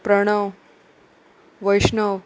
Pranav Vaishnav